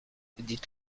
dites